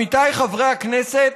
עמיתיי חברי הכנסת,